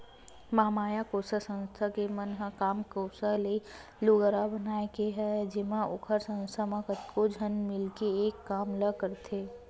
महामाया कोसा संस्था मन के काम कोसा ले लुगरा बनाए के हवय जेमा ओखर संस्था म कतको झन मिलके एक काम ल करथे